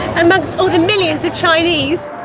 amongst all the millions of chinese.